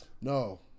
No